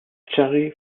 jerry